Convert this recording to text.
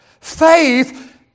faith